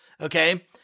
Okay